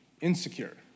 insecure